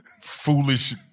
foolish